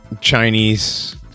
Chinese